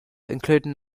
including